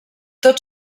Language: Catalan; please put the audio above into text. tot